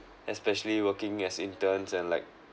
especially working as interns and like